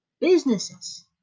Businesses